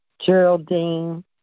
Geraldine